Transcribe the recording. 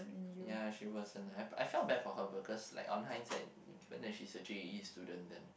yeah she wasn't I I felt bad for her for of cause on hindsight given that she's a J_A_E student